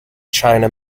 china